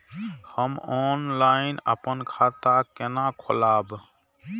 हम ऑनलाइन अपन खाता केना खोलाब?